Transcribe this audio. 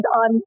on